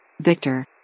Victor